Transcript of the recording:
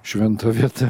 šventa vieta